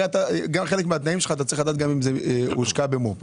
הרי אתה גם חלק מהתנאים שלך אתה צריך לדעת גם אם זה הושקע במו"פ,